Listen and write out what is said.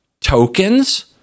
tokens